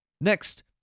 Next